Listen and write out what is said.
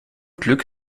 glück